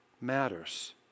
matters